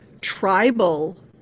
tribal